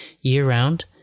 year-round